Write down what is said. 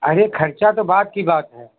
अरे ख़र्चा तो बाद की बात है